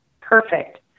Perfect